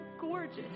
gorgeous